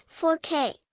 4K